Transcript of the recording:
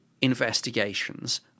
investigations